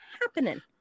happening